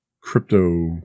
crypto